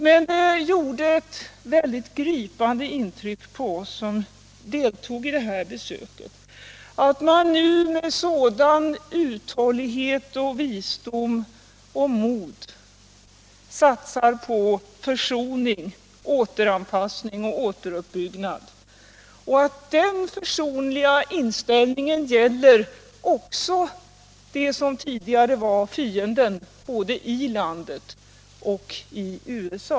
Därför gjorde det ett väldigt gripande intryck på oss som deltog i det här besöket att man nu med sådan uthållighet, sådan visdom och sådant mod satsar på försoning, återanpassning och återuppbyggnad — och att den försonliga inställningen gäller också dem som tidigare var fienden både inom landet och i USA.